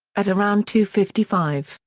at around two fifty five,